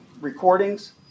recordings